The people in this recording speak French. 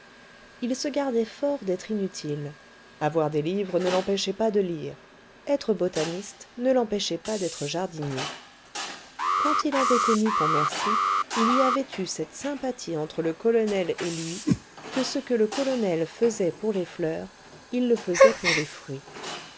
il se gardait fort d'être inutile avoir des livres ne l'empêchait pas de lire être botaniste ne l'empêchait pas d'être jardinier quand il avait connu pontmercy il y avait eu cette sympathie entre le colonel et lui que ce que le colonel faisait pour les fleurs il le faisait pour les fruits